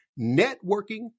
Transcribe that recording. Networking